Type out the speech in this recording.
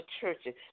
churches